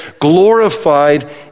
glorified